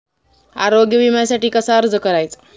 आरोग्य विम्यासाठी कसा अर्ज करायचा?